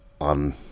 on